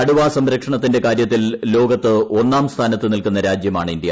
കടുവാ സംരക്ഷണത്തിന്റെ കാര്യത്തിൽ ലോകത്ത് ഒന്നാം സ്ഥാനത്ത് നിൽക്കുന്ന രാജ്യമാണ് ഇന്ത്യ